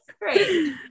Great